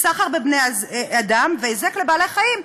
סחר בבני-אדם והיזק לבעלי-חיים,